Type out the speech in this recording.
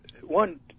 one